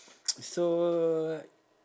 so